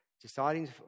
deciding